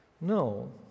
No